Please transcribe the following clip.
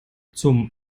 zum